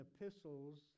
epistles